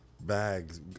Bags